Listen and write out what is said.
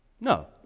No